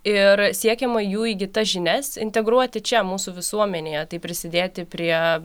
ir siekiama jų įgytas žinias integruoti čia mūsų visuomenėje taip prisidėti prie